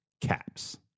caps